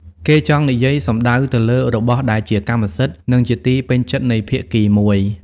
គេចង់និយាយសំដៅទៅលើរបស់ដែលជាកម្មវត្ថុ និងជាទីពេញចិត្តនៃភាគីមួយ ។